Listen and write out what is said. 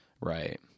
Right